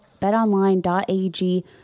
betonline.ag